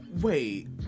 Wait